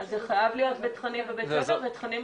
זה חייב להיות בתכנים משלימים.